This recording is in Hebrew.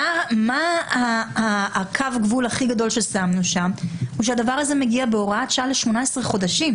קו הגבול הכי גדול ששמנו שם הוא שהדבר הזה מגיע בהוראת שעה ל-18 חודשים.